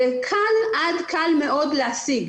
זה קל עד קל מאוד להשיג.